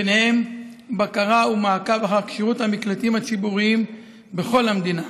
ובהם בקרה ומעקב אחר כשירות המקלטים הציבוריים בכל המדינה.